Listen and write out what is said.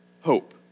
hope